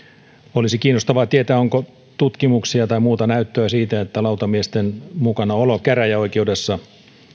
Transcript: olisi kiinnostavaa tietää onko tutkimuksia tai muuta näyttöä siitä että lautamiesten mukanaolo käräjäoikeudessa